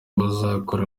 bazakora